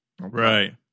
Right